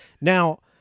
now